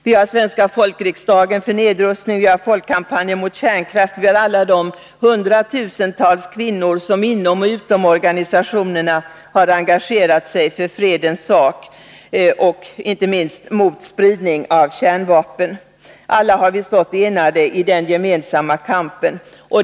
Vi har Svenska folkriksdagen för nedrustning, och vi har Folkkampanjen mot kärnkraft, vi har alla de hundratusentals kvinnor som inom och utom organisationerna har engagerat sig för fredens sak, inte minst mot spridning av kärnvapen. Alla har vi stått enade i den gemensamma kampen.